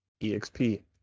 EXP